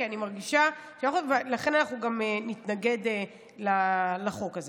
ולכן אנחנו נתנגד לחוק הזה.